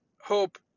hope